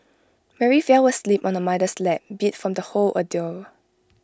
Mary fell asleep on her mother's lap beat from the whole ordeal